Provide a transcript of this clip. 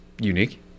unique